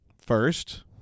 First